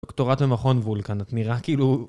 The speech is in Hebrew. דוקטורט במכון וולקן, נראה כאילו...